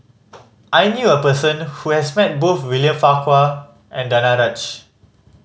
I knew a person who has met both William Farquhar and Danaraj